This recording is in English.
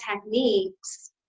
techniques